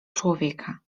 człowieka